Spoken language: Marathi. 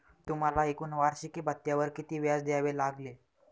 तुम्हाला एकूण वार्षिकी भत्त्यावर किती व्याज द्यावे लागले